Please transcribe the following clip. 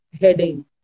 heading